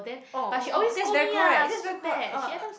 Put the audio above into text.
oh oh oh that's very right that's very